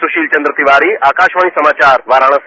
सुशील चंद्र तिवारी आकाशवाणी समाचार वाराणसी